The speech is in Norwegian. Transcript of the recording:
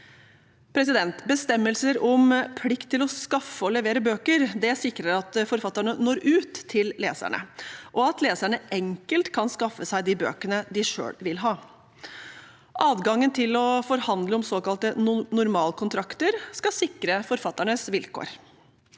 Bestemmelser om plikt til å skaffe og levere bøker sikrer at forfatterne når ut til leserne, og at leserne enkelt kan skaffe seg de bøkene de selv vil ha. Adgangen til å forhandle om såkalte normalkontrakter skal sikre forfatternes vilkår.